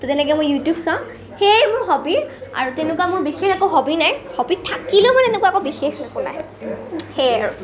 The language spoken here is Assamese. তো তেনেকৈ মই ইউটিউব চাওঁ সেয়ে মোৰ হবি আৰু তেনেকুৱা মোৰ বিশেষ একো হবি নাই হবি থাকিলেও মোৰ এনেকুৱা একো বিশেষ একো নাই সেয়ে আৰু